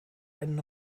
einen